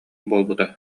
буолбута